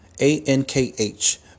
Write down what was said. A-N-K-H